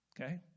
Okay